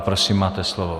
Prosím, máte slovo.